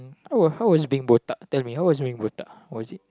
oh how was being botak tell me how was being botak was it